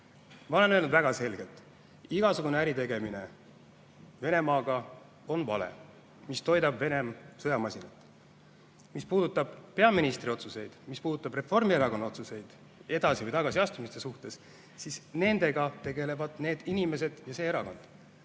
Ma olen öelnud väga selgelt: igasugune äritegemine Venemaaga on vale, see toidab Vene sõjamasinat. Mis puudutab peaministri otsuseid, mis puudutab Reformierakonna otsuseid edasi‑ või tagasiastumise suhtes, siis nendega tegelevad need inimesed ja see erakond.